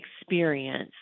experience